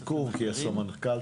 כל האיומים